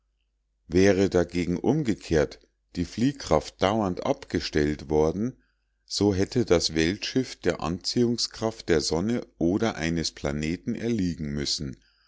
wäre dagegen umgekehrt die fliehkraft dauernd abgestellt worden so hätte das weltschiff der anziehungskraft der sonne oder eines planeten erliegen müssen